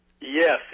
Yes